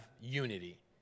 unity